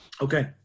Okay